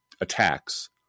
attacks